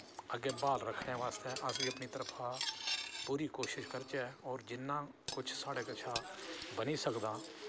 अग्गै ब्हाल रक्खने बास्तै अस बी अपनी तरफा पूरी कोशिश करचै होर जिन्ना कुछ साढ़े कशा बनी सकदा